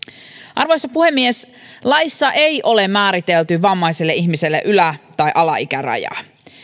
arvoisa puhemies laissa ei ole määritelty vammaiselle ihmiselle ylä tai alaikärajaa